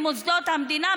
מוסדות המדינה,